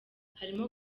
harimo